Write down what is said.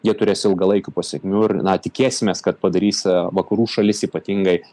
jie turės ilgalaikių pasekmių ir na tikėsimės kad padarys a vakarų šalis ypatingai